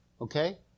Okay